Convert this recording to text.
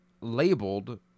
labeled